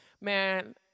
man